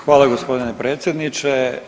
Hvala gospodine predsjedniče.